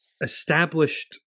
established